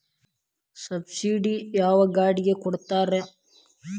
Subsidy ಯಾವ ಗಾಡಿಗೆ ಕೊಡ್ತಾರ?